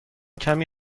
کمی